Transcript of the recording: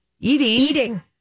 eating